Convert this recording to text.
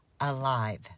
alive